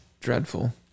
dreadful